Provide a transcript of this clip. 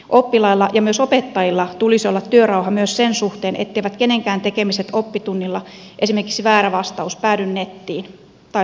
oppilailla ja myös opettajilla tulisi olla työrauha myös sen suhteen etteivät kenenkään tekemiset oppitunnilla esimerkiksi väärä vastaus päädy nettiin tai sosiaaliseen mediaan